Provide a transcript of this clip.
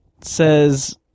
says